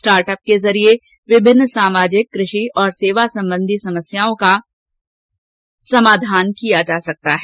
startup के जरिये विभिन्न सामाजिक कृषि और सेवा संबंधी समस्याओं का समाधान किया जा सकता है